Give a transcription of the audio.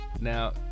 Now